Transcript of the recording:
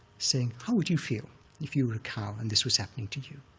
saying, how would you feel if you were a cow and this was happening to you?